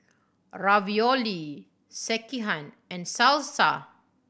Ravioli Sekihan and Salsa